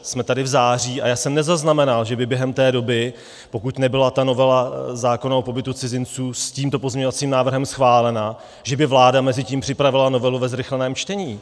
Jsme tady v září a já jsem nezaznamenal, že by během té doby, pokud nebyla novela zákona o pobytu cizinců s tímto pozměňovacím návrhem schválena, že by vláda mezitím připravila novelu ve zrychleném čtení.